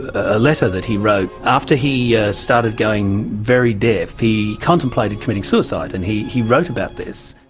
a letter that he wrote. after he ah started going very deaf he contemplated committing suicide and he he wrote about this.